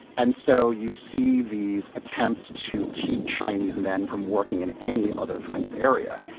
and so you see these attempts to keep chinese men from working in any other kind of area.